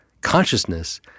consciousness